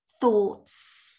thoughts